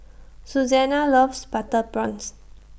Susana loves Butter Prawns